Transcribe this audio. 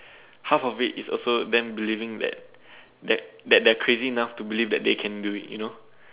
half of it is also them believing that that crazy numb believing that they can do it you know